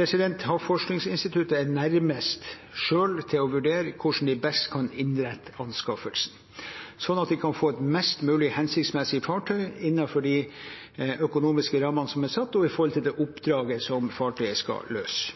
Havforskningsinstituttet er selv nærmest til å vurdere hvordan de best kan innrette anskaffelsen slik at de kan få et mest mulig hensiktsmessig fartøy innenfor de økonomiske rammene som er satt, og med tanke på det oppdraget som fartøyet skal løse.